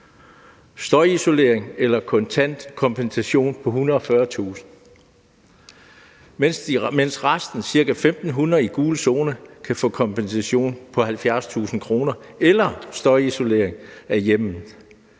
støjisolering eller en kontant kompensation på 140.000 kr., mens resten, nemlig ca. 1.500 i gul zone, kan få en kompensation på 70.000 kr. eller støjisolering af hjemmet.